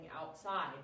outside